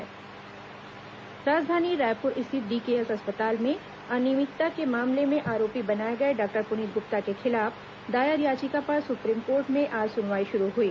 supreme court याचिका राजधानी रायपुर स्थित डीकेएस अस्पताल में अनियमितता के मामले में आरोपी बनाए गए डॉक्टर पुनीत गुप्ता के खिलाफ दायर याचिका पर सु प्रीम कोर्ट में आज सुनवाई शुरू हुई